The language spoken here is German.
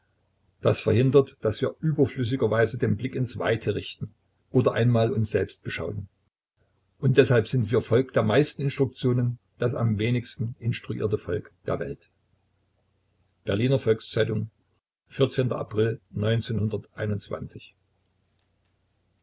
das verhindert daß wir überflüssigerweise den blick ins weite richten oder einmal uns selbst beschauen und deshalb sind wir volk der meisten instruktionen das am wenigsten instruierte volk der welt berliner volks-zeitung april